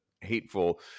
hateful